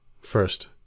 First